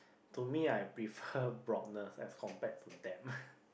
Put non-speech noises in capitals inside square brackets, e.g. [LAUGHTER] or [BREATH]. to me I prefer broadness as compared to depth [BREATH]